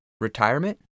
Retirement